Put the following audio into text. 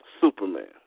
Superman